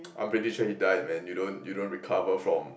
I'm pretty sure he died man you don't you don't recover from